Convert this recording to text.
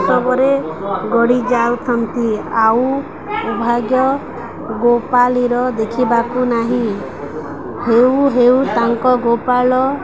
ଉତ୍ସବରେ ଗଡ଼ିଯାଉଥାନ୍ତି ଆଉ ଭାଗ୍ୟ ଗୋପାଳୀର ଦେଖିବାକୁ ନାହିଁ ହେଉ ହେଉ ତାଙ୍କ ଗୋପାଳ